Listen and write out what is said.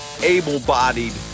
able-bodied